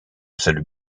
salut